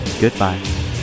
goodbye